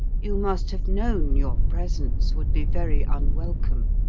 you must have known your presence would be very unwelcome.